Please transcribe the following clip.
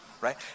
right